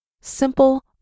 Simple